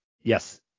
Yes